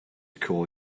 call